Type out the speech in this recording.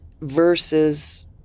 versus